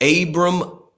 Abram